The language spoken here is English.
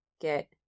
get